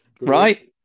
right